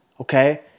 okay